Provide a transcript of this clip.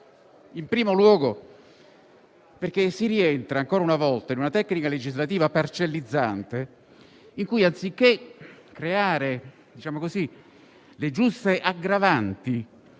In primo luogo, si rientra ancora una volta in una tecnica legislativa parcellizzante in cui, anziché creare le giuste aggravanti